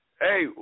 hey